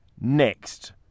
next